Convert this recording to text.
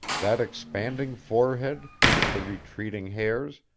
that expanding forehead, with the retreating hairs,